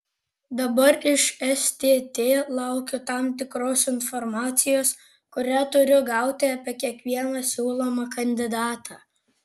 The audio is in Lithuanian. dabar iš stt laukiu tam tikros informacijos kurią turiu gauti apie kiekvieną siūlomą kandidatą